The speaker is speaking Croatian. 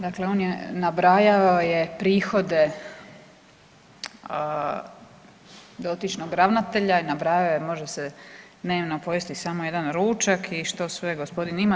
Dakle, on je nabrajao je prihode dotičnog ravnatelja i nabrajao je može se dnevno pojesti samo jedan ručak i što sve gospodin ima.